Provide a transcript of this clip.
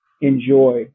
enjoy